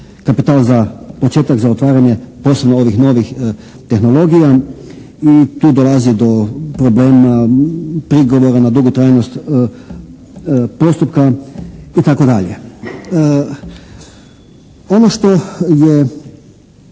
kapitala za, početak za otvaranje posebno ovih novih tehnologija i tu dolazi do problema, prigovora na dugotrajnost postupka i tako dalje.